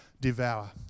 devour